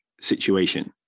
situation